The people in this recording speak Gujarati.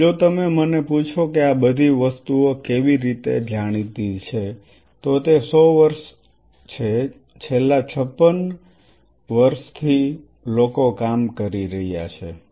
હવે જો તમે મને પૂછો કે આ બધી વસ્તુઓ કેવી રીતે જાણીતી છે તો તે 100 વર્ષ છે છેલ્લા 56 વર્ષ લોકો કામ કરી રહ્યા છે